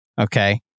Okay